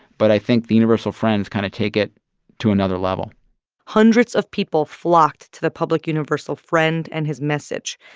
but i think the universal friends kind of take it to another level hundreds of people flocked to the public universal friend and his message.